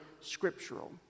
scriptural